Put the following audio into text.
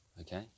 okay